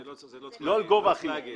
לא על גובה החיוב.